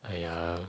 !aiya!